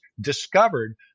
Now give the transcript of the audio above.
discovered